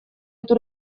эту